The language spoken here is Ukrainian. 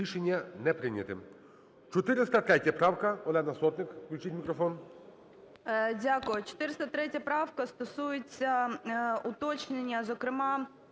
Рішення не прийнято.